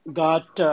got